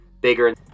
bigger